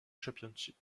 championship